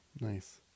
Nice